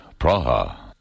Praha